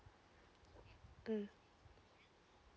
mm